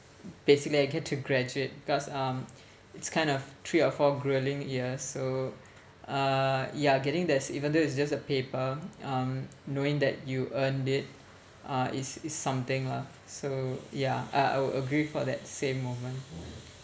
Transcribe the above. basically I get to graduate because um it's kind of three or four grilling years so uh yeah getting there is even though it's just a paper um knowing that you earned it uh is it's something lah so yeah uh I would agree for that same moment